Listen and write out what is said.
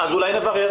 אולי נברר?